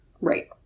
right